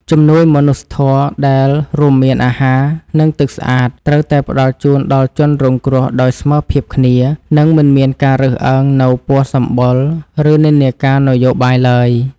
ជំនួយមនុស្សធម៌ដែលរួមមានអាហារ និងទឹកស្អាតត្រូវតែផ្តល់ជូនដល់ជនរងគ្រោះដោយស្មើភាពគ្នា និងមិនមានការរើសអើងនូវពណ៌សម្បុរ ឬនិន្នាការនយោបាយឡើយ។